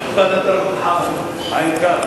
ההצעה להעביר את הנושא לוועדת העבודה, הרווחה